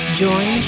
join